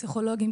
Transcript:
פסיכולוגיים,